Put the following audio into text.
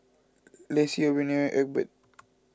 Laci Ophelia Egbert